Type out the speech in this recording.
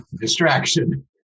distraction